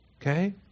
Okay